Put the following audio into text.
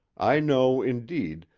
i know, indeed,